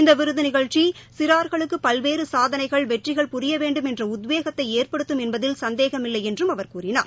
இந்த விருது நிகழ்ச்சி சிறார்களுக்கு பல்வேறு சாதனைகள் வெற்றிகள் புரிய வேண்டும் என்ற உத்வேகத்தை ஏற்படுத்தும் என்பதில் சந்தேகமில்லை என்றும் அவர் கூறினார்